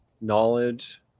knowledge